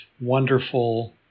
wonderful